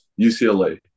UCLA